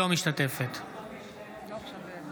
אינה משתתפת בהצבעה